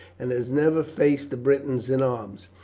and has never faced the britons in arms.